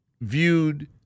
viewed